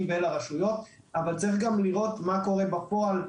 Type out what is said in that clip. ולרשויות אבל יש לראות מה קורה בפועל,